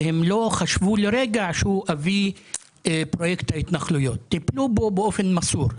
והם לא חשבו לרגע שהוא אבי פרויקט ההתנחלויות אלא טיפלו בו באופן מסור.